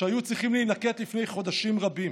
שהיו צריכים להינקט לפני חודשים רבים.